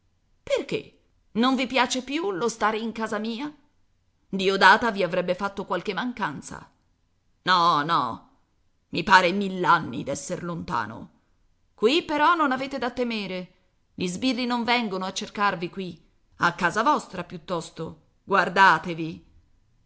perché non vi piace più lo stare in casa mia diodata vi avrebbe fatto qualche mancanza no i pare mill'anni d'esser lontano qui però non avete da temere gli sbirri non vengono a cercarvi qui a casa vostra piuttosto guardatevi